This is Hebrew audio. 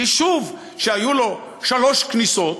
יישוב שהיו לו שלוש כניסות